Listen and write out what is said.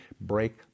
break